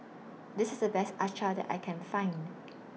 This IS The Best Acar that I Can Find